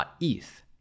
.eth